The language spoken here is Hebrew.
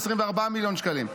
24 מיליון שקלים,